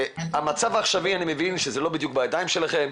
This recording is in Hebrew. המצב העכשווי, אני מבין שזה לא בדיוק בידיים שלכם,